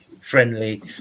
friendly